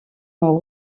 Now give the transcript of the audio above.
ont